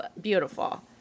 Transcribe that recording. beautiful